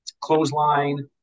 clothesline